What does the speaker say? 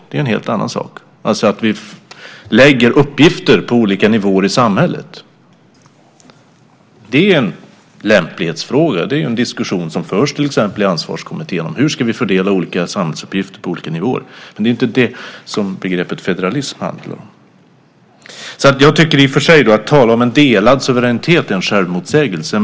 Det är ju en helt annan sak, alltså att vi lägger uppgifter på olika nivåer i samhället. Det är en lämplighetsfråga. Det är en diskussion som förs till exempel i Ansvarskommittén om hur vi ska fördela olika samhällsuppgifter på olika nivåer. Men det är inte det som begreppet federalism handlar om. Jag tycker i och för sig att det är en självmotsägelse att tala om en delad suveränitet.